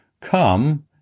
come